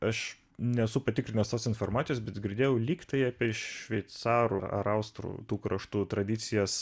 aš nesu patikrinęs tos informacijos bet girdėjau lyg tai apie šveicarų ar austrų tų kraštų tradicijas